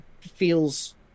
feels